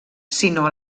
sinó